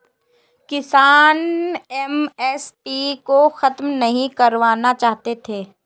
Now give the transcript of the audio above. किसान एम.एस.पी को खत्म नहीं करवाना चाहते थे